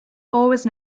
always